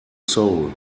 soul